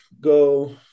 go